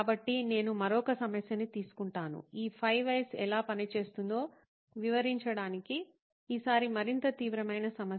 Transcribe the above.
కాబట్టి నేను మరొక సమస్యను తీసుకుంటాను ఈ 5 వైస్ ఎలా పనిచేస్తుందో వివరించడానికి ఈసారి మరింత తీవ్రమైన సమస్య